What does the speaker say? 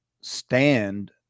stand